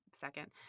second